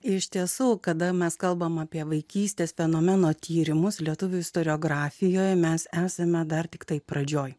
iš tiesų kada mes kalbame apie vaikystės fenomeno tyrimus lietuvių istoriografijoje mes esame dar tiktai pradžioje